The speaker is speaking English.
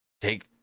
take